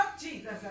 Jesus